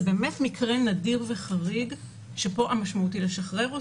זה מקרה נדיר וחריג שהמשמעות היא לשחרר אותו.